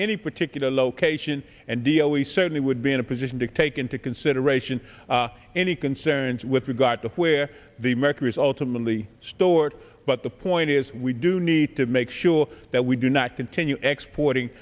any particular location and deal we certainly would be in a position to take into consideration any concerns with regard to where the mercury is ultimately stuart but the point is we do need to make sure that we do not continue exploiting